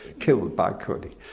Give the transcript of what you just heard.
killed by kony